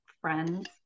friends